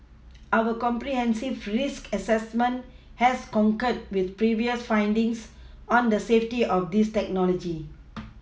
our comprehensive risk assessment has concurred with previous findings on the safety of this technology